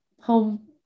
home